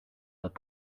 but